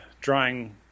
drawing